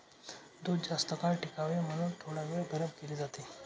दूध जास्तकाळ टिकावे म्हणून थोडावेळ गरम केले जाते